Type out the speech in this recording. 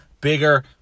bigger